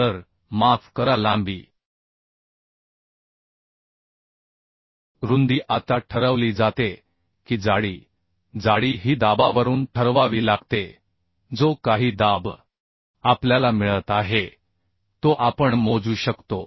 तर माफ करा लांबी रुंदी आता ठरवली जाते की जाडी जाडी ही दाबावरून ठरवावी लागते जो काही दाब आपल्याला मिळत आहे तो आपण मोजू शकतो